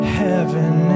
heaven